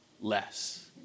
less